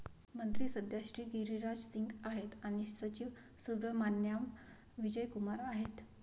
मंत्री सध्या श्री गिरिराज सिंग आहेत आणि सचिव सुब्रहमान्याम विजय कुमार आहेत